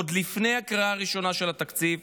עוד לפני הקראה ראשונה של התקציב?